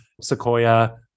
Sequoia